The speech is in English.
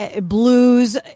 blues